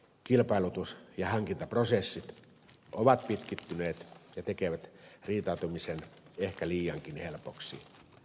kilpailutus ja hankintaprosessit ovat pitkittyneet ja tekevät riitautumisen ehkä liiankin helpoksi